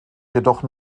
jedoch